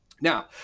Now